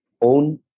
own